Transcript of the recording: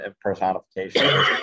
personification